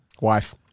Wife